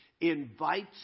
invites